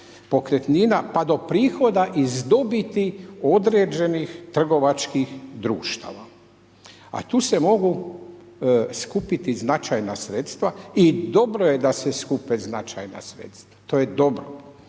pokretnina pa do prihoda iz dobiti određenih trgovačkih društava. A tu se mogu skupiti značajan sredstva i dobro je da se supe značajna sredstva, to je dobro.